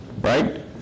right